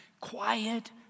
Quiet